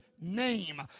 name